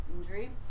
injury